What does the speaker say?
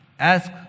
ask